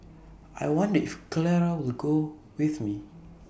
I wonder if Clara will go with me